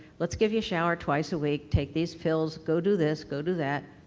let's give you a shower twice a week. take these pills. go do this. go do that.